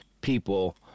people